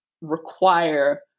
require